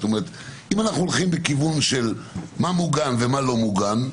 אם אנחנו הולכים בכיוון של מה מוגן ומה לא מוגן,